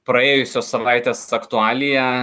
praėjusios savaitės aktualiją